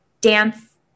dance